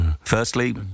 Firstly